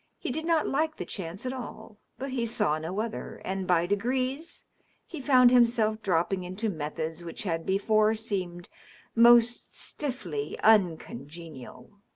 he did not like the chance at all, but he saw no other, and by degrees he found himself dropping into methods which had before seemed most stiffly uncongenial.